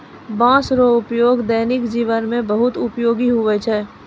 बाँस रो उपयोग दैनिक जिवन मे बहुत उपयोगी हुवै छै